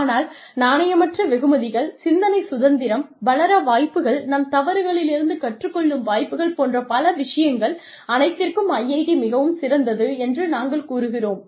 ஆனால் நாணயமற்ற வெகுமதிகள் சிந்தனை சுதந்திரம் வளர வாய்ப்புகள் நம் தவறுகளிலிருந்து கற்றுக் கொள்ளும் வாய்ப்புகள் போன்ற பல விஷயங்கள் அனைத்திற்கும் IIT மிகவும் சிறந்தது என்று நாங்கள் கூறுகிறோம்